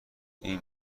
این